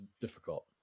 difficult